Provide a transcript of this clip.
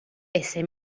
ese